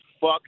fuck